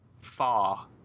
far